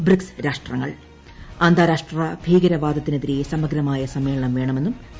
BRICS രാഷ്ട്രങ്ങൾ അന്താരാഷ്ട്ര ഭീകരവാദത്തിനെതിരെ സമഗ്രമായ സമ്മേളനം വ്യൂണ്മെന്നും രാഷ്ട്രങ്ങൾ